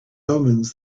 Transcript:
omens